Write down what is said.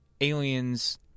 aliens